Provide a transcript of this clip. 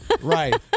Right